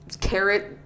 carrot